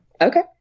Okay